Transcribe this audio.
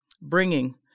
bringing